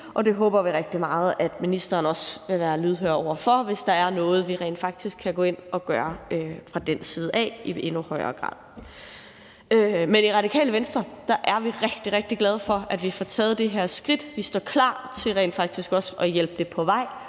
og det håber vi rigtig meget ministeren også vil være lydhør over for, altså hvis der er noget, vi rent faktisk kan gå ind og gøre fra den side af i endnu højere grad. Men i Radikale Venstre er vi rigtig, rigtig glade for, at vi får taget det her skridt. Vi står klar til rent faktisk også at hjælpe det på vej